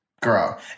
Girl